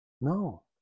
No